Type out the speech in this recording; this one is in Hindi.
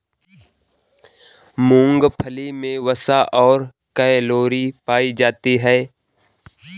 मूंगफली मे वसा और कैलोरी पायी जाती है